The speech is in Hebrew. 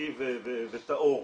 נקי וטהור.